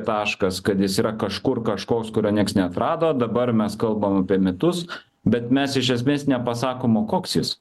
taškas kad jis yra kažkur kažkoks kurio nieks neatrado dabar mes kalbam apie mitus bet mes iš esmės nepasakom o koks jis